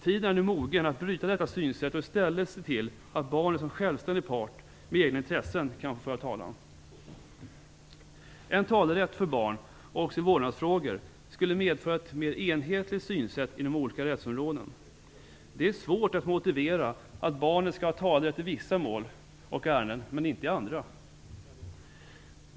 Tiden är nu mogen att bryta detta synsätt och i stället se till att barnet som en självständig part med egna intressen kan föra talan. En talerätt för barn också i vårdnadsfrågor skulle medföra ett mer enhetligt synsätt inom olika rättsområden. Det är svårt att motivera att barnet skall ha talerätt i vissa mål och ärenden men inte i andra.